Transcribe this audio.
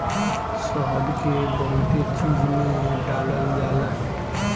शहद के बहुते चीज में डालल जाला